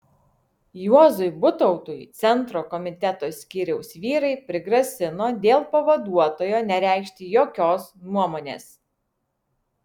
juozui butautui centro komiteto skyriaus vyrai prigrasino dėl pavaduotojo nereikšti jokios nuomonės